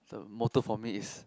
the motto for me is